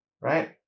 Right